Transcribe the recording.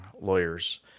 lawyers